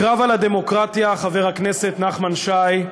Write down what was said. הקרב על הדמוקרטיה, חבר הכנסת נחמן שי,